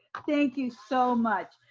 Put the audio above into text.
thank you so much.